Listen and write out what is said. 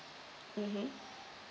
mmhmm